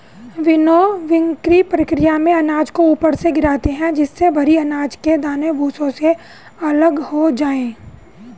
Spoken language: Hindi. विनोविंगकी प्रकिया में अनाज को ऊपर से गिराते है जिससे भरी अनाज के दाने भूसे से अलग हो जाए